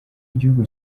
igihugu